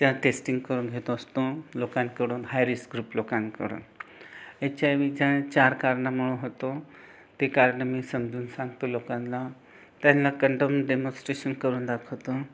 त्या टेस्टिंग करून घेत असतो लोकांकडून हाय रिस्क ग्रुप लोकांकडून एचआयवी ज्या चार कारणांमुळे होतो ती कारणं मी समजावून सांगतो लोकांना त्यांना कंडम डेमोस्ट्रेशन करून दाखवतो